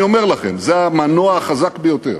אני אומר לכם, זה המנוע החזק ביותר,